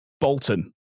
Bolton